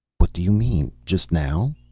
what do you mean? just now?